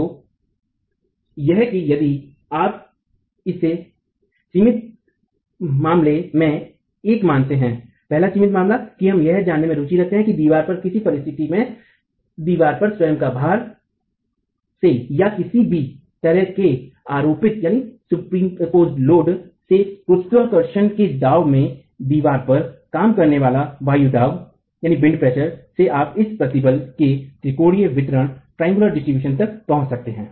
तो यह की यदि आप इसे सीमित मामलों में से एक मानते हैं पहला सीमित मामला की हम यह जानने में रुचि रखते हैं कि दीवार पर किस परिस्थिति में दीवार पर स्वयं का भार से या किसी भी तरह के आरोपित भार से गुरुत्वाकर्षण के दबाव में दीवार पर काम करने वाले वायु दाब से आप इस प्रतिबल के त्रिकोण वितरण तक पहुँच सकते हैं